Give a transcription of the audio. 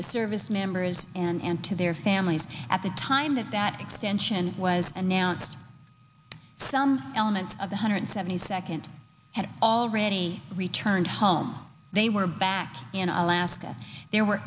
the service members and to their families at the time that that extension was announced some element of the hundred seventy second had already returned home they were back in alaska there were